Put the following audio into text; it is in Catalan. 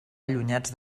allunyats